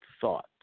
thought